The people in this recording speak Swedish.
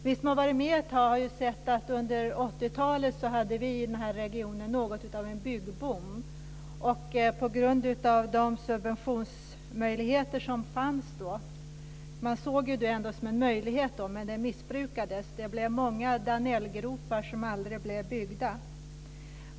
Vi som har varit med ett tag vet att det under 80 talet på grund av de subventionsmöjligheter som då fanns var en byggboom i den här regionen. Dessa möjligheter missbrukades. Det blev många Danellgropar som aldrig byggdes igen.